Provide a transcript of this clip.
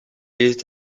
est